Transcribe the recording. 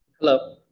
Hello